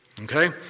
Okay